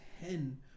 ten